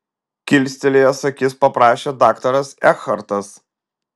kilstelėjęs akis paprašė daktaras ekhartas